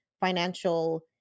financial